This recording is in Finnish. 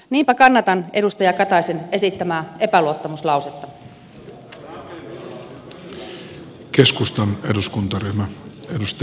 niinpä kannatan edustaja kataisen esittämää epäluottamuslausetta